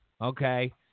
okay